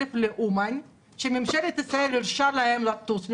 ה-30,000 לאומן שממשלת ישראל הרשתה להם לטוס לשם,